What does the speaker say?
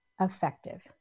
effective